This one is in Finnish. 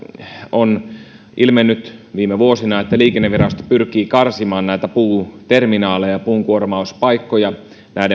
on ilmennyt viime vuosina että liikennevirasto pyrkii karsimaan puuterminaaleja puunkuormauspaikkoja